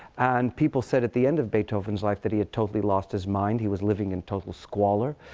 and people said, at the end of beethoven's life, that he had totally lost his mind. he was living in total squalor.